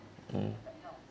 mm